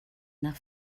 nach